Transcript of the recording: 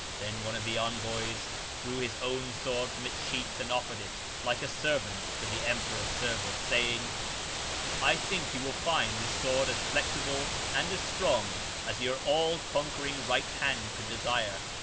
then one of the envoys drew his own sword from its sheath and offered it, like a servant, to the emperor's service, saying i think you will find this sword as flexible and as strong as your all-conquer ing right hand could desire.